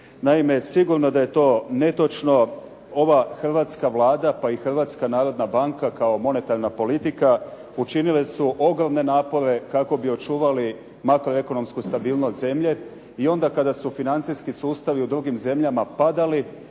Naime, sigurno da je to netočno. Ova hrvatska Vlada, pa i Hrvatska narodna banka kao monetarna politika učinile su ogromne napore kako bi očuvali makroekonomsku stabilnost zemlje. I onda kada su financijski sustavi u drugim zemljama padali,